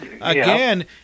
again